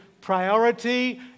priority